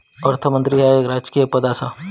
अर्थमंत्री ह्या एक राजकीय पद आसा